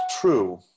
true